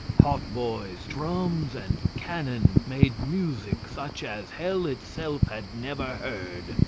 hautboys, drums, and cannon made music such as hell itself had never heard.